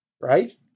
right